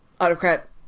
autocrat